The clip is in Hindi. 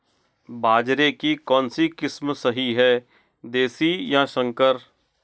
बाजरे की कौनसी किस्म सही हैं देशी या संकर?